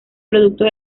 productos